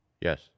Yes